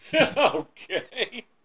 Okay